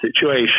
situation